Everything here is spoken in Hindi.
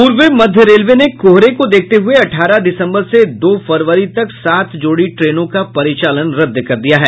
पूर्व मध्य रेलवे ने कोहरे को देखते हुये अठारह दिसंबर से दो फरवरी तक सात जोड़ी ट्रेनों का परिचालन रद्द कर दिया है